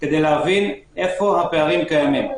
כדי להבין איפה הפערים קיימים.